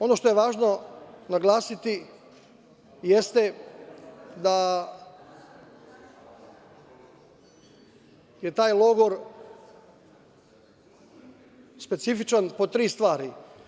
Ono što je važno naglasiti jeste da je taj logor specifičan po tri stvari.